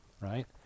right